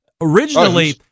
originally